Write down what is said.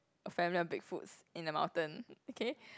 a family of Big Foots in the mountain okay